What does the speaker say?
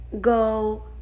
go